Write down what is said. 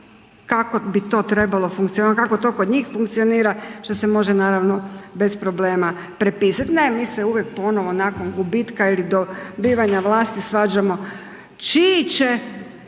kako bi to trebalo funkcionirati, kako to kod njih funkcionira što se može naravno bez problema prepisat. Ne, mi se uvijek ponovo nakon gubitka ili dobivanja vlasti svađamo čiji će